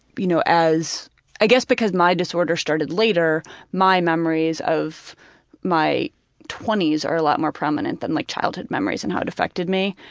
you know, as i guess because my disorder started later, my memories of my twenty s are a lot more prominent than my like childhood memories and how it affected me.